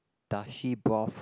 dashi broth